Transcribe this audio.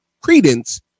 credence